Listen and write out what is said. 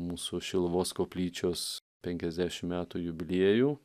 mūsų šiluvos koplyčios penkiasdešim metų jubiliejų